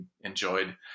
enjoyed